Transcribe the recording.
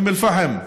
אום אל-פחם,